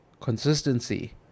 consistency